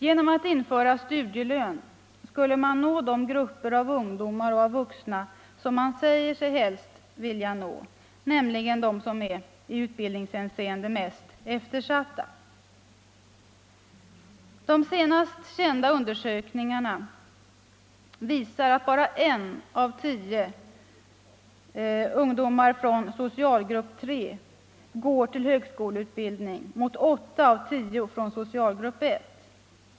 Genom att införa studielön skulle man nå de grupper av ungdomar och av vuxna som man säger sig helst vilja nå, nämligen de i utbildningshänseende mest eftersatta grupperna. De senaste kända undersökningarna utvisar att bara en av tio ungdomar från socialgrupp 3 går till högskoleutbildning mot åtta av tio från socialgrupp 1.